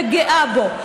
וגאה בו.